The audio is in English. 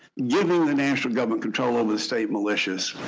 giving the national government control over the state militias.